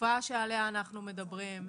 התקופה שעליה אנחנו מדברים.